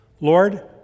Lord